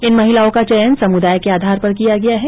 इन महिलाओं का चयन समुदाय के आधार पर किया गया है